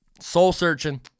Soul-searching